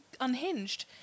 unhinged